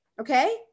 okay